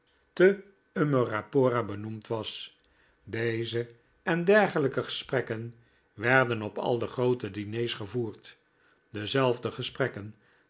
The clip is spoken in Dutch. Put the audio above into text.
te ummerapoora benoemd was deze en dergelijke gesprekken werden op al de groote diners gevoerd dezelfde gesprekken